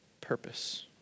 purpose